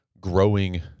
growing